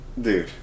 dude